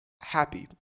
happy